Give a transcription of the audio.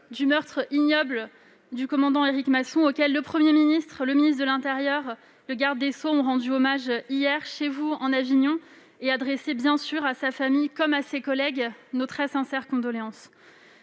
du meurtre ignoble du commandant Éric Masson. Le Premier ministre, le ministre de l'intérieur et le garde des sceaux l'ont également fait, hier, chez vous, en Avignon. J'adresse, bien sûr, à sa famille comme à ses collègues nos très sincères condoléances.